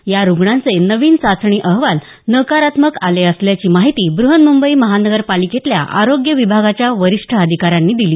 या रुग्णांचे नवीन चाचणी अहवाल नकारात्मक आले असल्याची माहिती ब्रहन्मुंबई महानगरपालिकेतल्या आरोग्य विभागाच्या वरिष्ठ अधिकाऱ्यांनी दिली